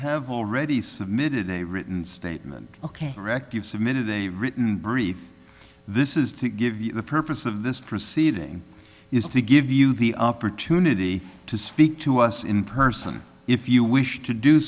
have already submitted a written statement ok rect you've submitted a written brief this is to give you the purpose of this proceeding is to give you the opportunity to speak to us in person if you wish to do